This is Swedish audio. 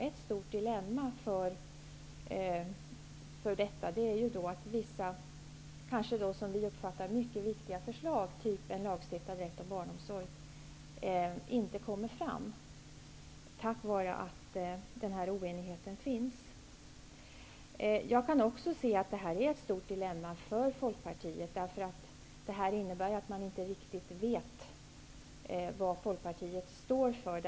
Ett stort dilemma är att vissa mycket viktiga förslag, av typen en lagstiftad rätt till barnomsorg, inte kommer fram på grund av oenigheten. Det är också ett stort dilemma för Folkpartiet. Det innebär att vi inte riktigt vet vad Folkpartiet står för.